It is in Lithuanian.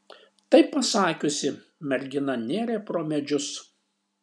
tai pasakiusi mergina nėrė pro medžius